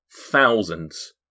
thousands